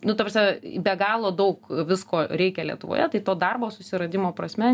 nu ta prasme be galo daug visko reikia lietuvoje tai to darbo susiradimo prasme